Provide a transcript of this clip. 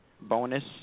bonus